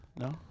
No